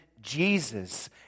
Jesus